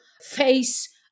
face